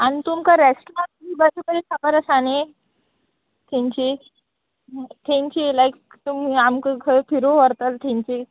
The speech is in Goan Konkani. आनी तुमकां रेस्टमी बरी बरी खबर आसा न्ही थिंची थिंची लायक तुमी आमकां खंय फिरूं व्हरताले थिंयची